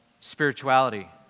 spirituality